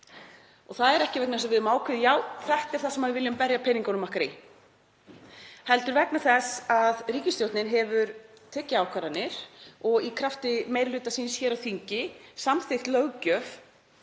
og það er ekki vegna þess að við höfum ákveðið að já, þetta sé það sem við viljum verja peningunum okkar í, heldur vegna þess að ríkisstjórnin hefur tekið ákvarðanir og í krafti meiri hluta síns á þingi samþykkt löggjöf,